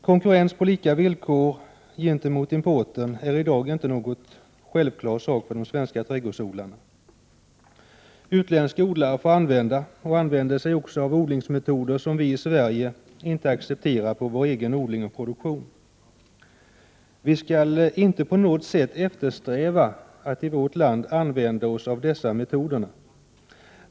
Konkurrens på lika villkor gentemot importen är i dag inte någon självklar sak för de svenska trädgårdsodlarna. Utländska odlare får använda och använder sig också av odlingsmetoder som vi i Sverige inte accepterar för vår Prot. 1988/89:112 egen odling och produktion. Vi skall inte på något sätt eftersträva att i vårt land använda oss av dessa metoder.